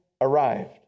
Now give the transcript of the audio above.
arrived